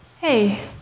Hey